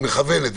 היא מכוונת,